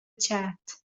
chat